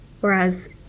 Whereas